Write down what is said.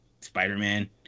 Spider-Man